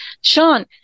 Sean